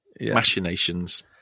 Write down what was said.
machinations